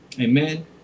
Amen